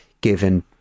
given